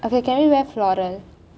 okay can we wear floral